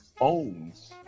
owns